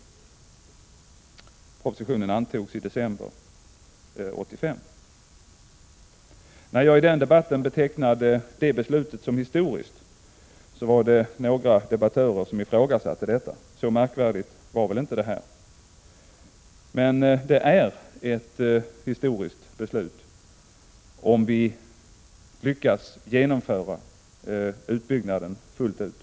Propositionen antogs i december 1985. När jag i debatten betecknade beslutet som historiskt, var det några debattörer som ifrågasatte detta. Så märkvärdigt var det väl inte, tyckte de. Men det är ett historiskt beslut, om vi lyckas genomföra utbyggnaden fullt ut.